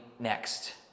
Next